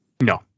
No